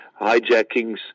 hijackings